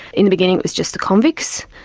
in the beginning it was just the convicts,